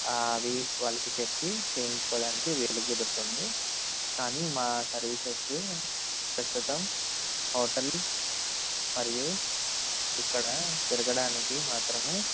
అవి వాళ్ళకి చెప్పి చేయించుకోవడానికి వీలు కుదురుతుంది కానీ మా సర్వీసెస్ ప్రస్తుతం హోటల్ మరియు ఇక్కడ తిరగడానికి మాత్రమే